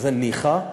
שזה ניחא,